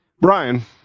Brian